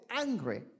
angry